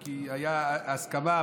כי הייתה הסכמה,